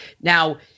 Now –